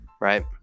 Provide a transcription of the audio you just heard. right